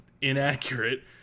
Inaccurate